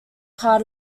part